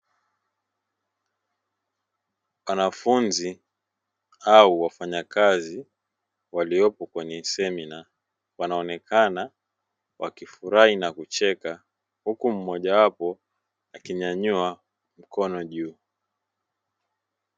Wanafunzi au wafanyakazi waliopo kwenye semina, wanaonekana wakifurahi na kucheka. Huku mmoja wapo akinyanyua mkono juu.